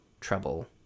trouble